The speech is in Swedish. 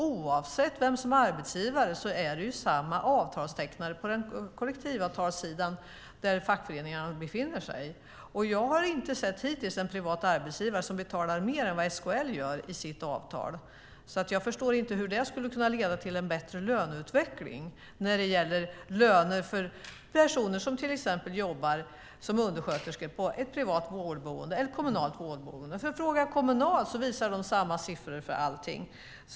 Oavsett vem som är arbetsgivare är det fortfarande samma avtalstecknare på kollektivavtalssidan där fackföreningarna befinner sig. Jag har hittills inte sett den privata arbetsgivare som betalar mer än vad SKL gör i sitt avtal. Jag förstår inte hur det skulle kunna leda till en bättre löneutveckling när det gäller löner för dem som till exempel jobbar som undersköterskor på ett privat vårdboende eller ett kommunalt vårdboende. Frågar jag Kommunal visar de samma siffror för allting.